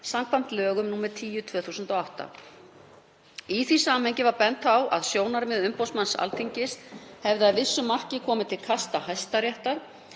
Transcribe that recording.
samkvæmt lögum nr. 10/2008. Í því samhengi var bent á að sjónarmið umboðsmanns Alþingis hefði að vissu marki komið til kasta Hæstaréttar